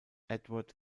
edward